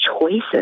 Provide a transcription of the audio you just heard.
choices